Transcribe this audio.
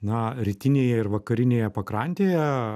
na rytinėje ir vakarinėje pakrantėje